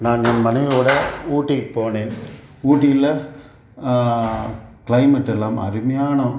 நான் என் மனைவியோடு ஊட்டிக்கு போனேன் ஊட்டியில் க்ளைமேட் எல்லாம் அருமையான